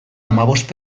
hamabost